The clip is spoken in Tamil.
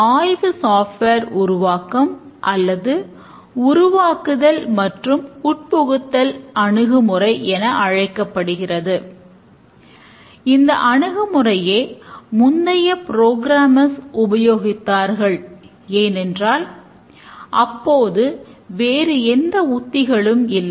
ஆய்வு சாஃப்ட்வேர் உபயோகித்தார்கள் ஏனென்றால் அப்போது வேறெந்த உத்திகளும் இல்லை